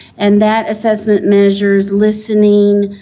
and that assessment measures listening,